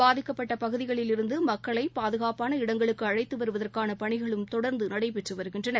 பாதிக்கப்பட்ட பகுதிகளில் இருந்து மக்களை பாதுகாப்பான இடங்களுக்கு அழைத்து வருவதற்கான பணிகளும் தொடர்ந்து நடைபெற்று வருகின்றன